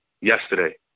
yesterday